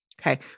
Okay